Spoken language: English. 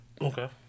Okay